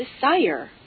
desire